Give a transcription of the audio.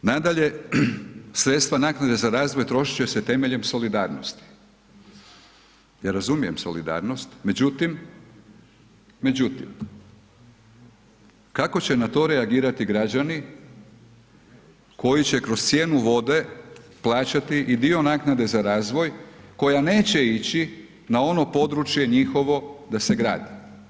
Nadalje, sredstva naknade za razvoj trošit će se temeljem solidarnosti, ja razumijem solidarnost, međutim, kako će na to reagirati građani koji će kroz cijenu vode plaćati i dio naknade za razvoj koja neće ići na ono područje njihovo da se gradi.